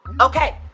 Okay